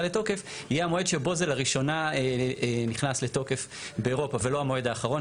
לתוקף יהיה המועד שבו זה לראשונה נכנס לתוקף באירופה ולא המועד האחרון.